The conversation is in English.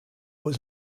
was